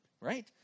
Right